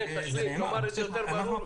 כן, תאמר את זה ברור יותר ומחודד.